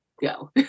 Go